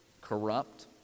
corrupt